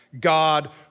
God